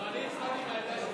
לא, אני הצבעתי בעמדה שלי.